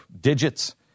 digits